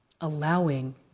allowing